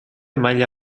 maila